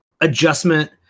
adjustment